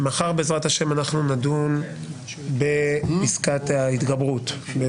והוא הסביר לנו בפרוטרוט שלא יעלה על הדעת של